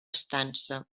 estança